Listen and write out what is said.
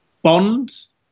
Bonds